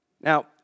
Now